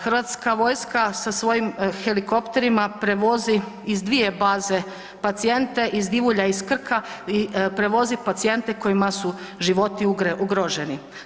Hrvatska vojska sa svojim helikopterima prevozi iz dvije baze pacijente, iz Divulja i iz Krka i prevoze pacijente kojima su životi ugroženi.